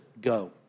go